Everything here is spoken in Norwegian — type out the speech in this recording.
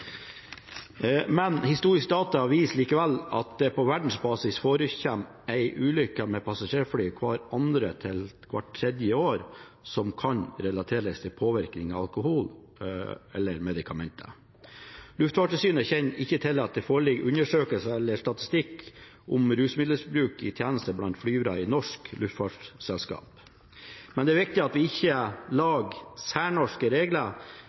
Men historiske data viser likevel at det på verdensbasis forekommer en ulykke med passasjerfly hvert andre til hvert tredje år som kan relateres til påvirkning av alkohol eller medikamenter. Luftfartstilsynet kjenner ikke til at det foreligger undersøkelser eller statistikk om rusmiddelmisbruk i tjeneste blant flyvere i norske luftfartsselskaper. Det er viktig at vi ikke lager særnorske regler,